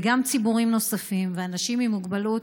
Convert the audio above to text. וגם ציבורים נוספים ואנשים עם מוגבלות,